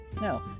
No